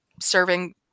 serving